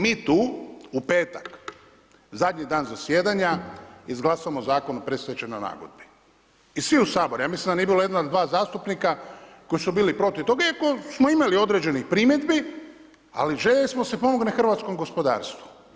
Mi tu u petak zadnji dan zasjedanja izglasamo Zakon o predstečajnoj nagodbi i svi u Saboru, ja mislim da nije bilo jedan, dva zastupnika koji su bili protiv toga iako smo imali određenih primjedbi, ali željeli smo da se pomogne hrvatskom gospodarstvu.